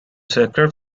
sacred